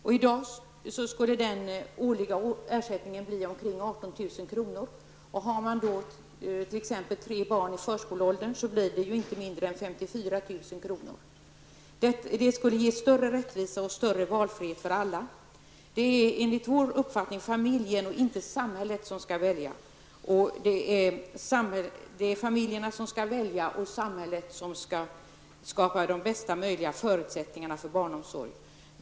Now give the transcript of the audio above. I dag skulle den årliga ersättningen bli omkring 18 000 kr. För den familj som har t.ex. tre barn i förskoleåldern skulle det blir inte mindre än 54 000 kr. Detta skulle innebära större rättvisa och en större valfrihet för alla. Enligt vår uppfattning är det familjen, inte samhället, som skall välja. Familjen skall alltså välja, och samhället skall skapa bästa möjliga förutsättningar för barnomsorgen.